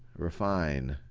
refine,